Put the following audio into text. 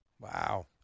Wow